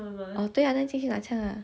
对 ah then 进去拿枪 ah